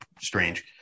strange